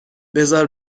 بزار